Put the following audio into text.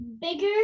bigger